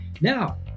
Now